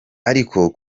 ariko